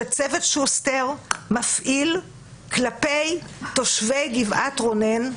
ש"צוות שוסטר" מפעיל כלפי תושבי גבעת רונן,